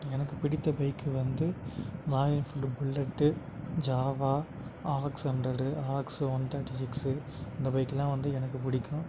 எனக்கு பிடித்த பைக்கு வந்து Royal Enfield Bullet Jawa RX hundred RX one thirty six இந்த பைக்லாம் வந்து எனக்கு பிடிக்கும்